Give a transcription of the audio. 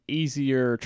easier